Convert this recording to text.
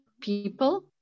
people